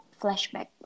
flashback